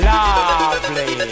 Lovely